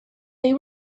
they